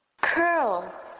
Curl